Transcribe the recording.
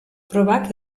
probak